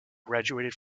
graduated